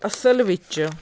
ਅਸਲ ਵਿੱਚ